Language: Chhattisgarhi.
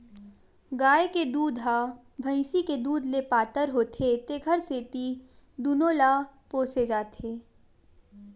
गाय के दूद ह भइसी के दूद ले पातर होथे तेखर सेती दूनो ल पोसे जाथे